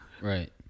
Right